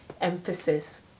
emphasis